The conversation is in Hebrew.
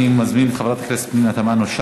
אני מזמין את חברת הכנסת פנינה תמנו-שטה